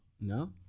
No